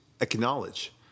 acknowledge